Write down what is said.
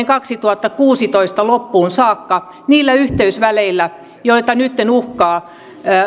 kaksituhattakuusitoista loppuun saakka niillä yhteysväleillä joita nytten uhkaa